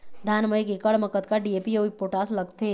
धान म एक एकड़ म कतका डी.ए.पी अऊ पोटास लगथे?